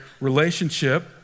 relationship